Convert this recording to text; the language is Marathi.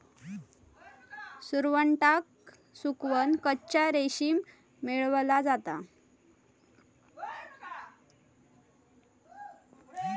सुरवंटाक सुकवन कच्चा रेशीम मेळवला जाता